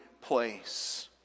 place